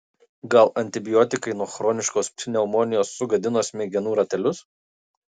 gal antibiotikai nuo chroniškos pneumonijos sugadino smegenų ratelius